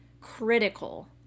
critical